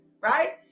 right